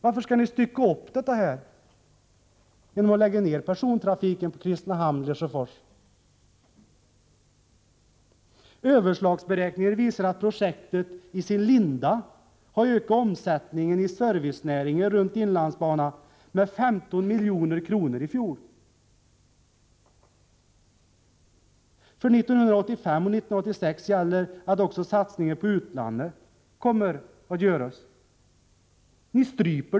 Varför skall ni stycka upp det genom att lägga ned persontrafiken på sträckan Kristinehamn—Lesjöfors? Överslagsberäkningar visar att projektet i sin linda har ökat omsättningen i servicenäringar runt inlandsbanan med 15 milj.kr. i fjol. För 1985 och 1986 gäller att också satsningar på utlandet kommer att göras.